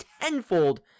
tenfold